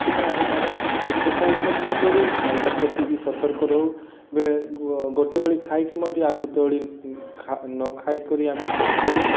ସେଥିପାଇଁ ଆମେମାନେ ଏକ୍ସରସାଇଜ୍ ମଧ୍ୟ କରୁ ଖାଇବା ପ୍ରତି ସତର୍କ ବି ରହୁ ଗୋଟେ ଓଳି ଖାଇକି ମଧ୍ୟ ଆଉ ଗୋଟେ ଓଳି ନ ଖାଇ କରି ଆମେ ଶୋଇ ପଡ଼ୁ